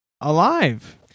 alive